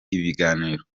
ibiganiro